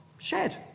Shed